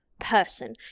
Person